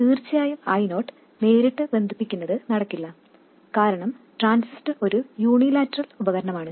തീർച്ചയായും I0 നേരിട്ട് ബന്ധിപ്പിക്കുന്നത് നടക്കില്ല കാരണം ട്രാൻസിസ്റ്റർ ഒരു യൂണിലാറ്ററൽ ഉപകരണമാണ്